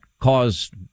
caused